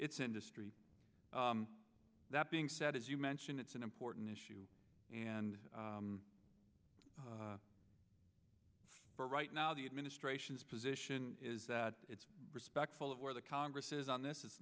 its industry that being said as you mentioned it's an important issue and for right now the administration's position is that it's respectful of where the congress is on this